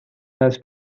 has